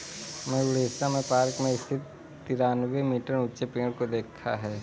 मैंने उड़ीसा में पार्क में स्थित तिरानवे मीटर ऊंचे पेड़ को देखा है